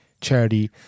charity